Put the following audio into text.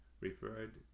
referred